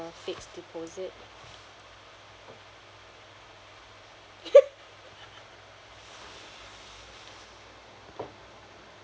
fixed deposit